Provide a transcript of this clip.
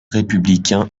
républicain